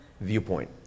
viewpoint